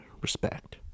respect